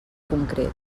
concret